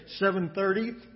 7.30